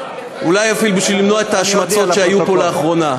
אולי אפילו בשביל למנוע את ההשמצות שהיו פה לאחרונה.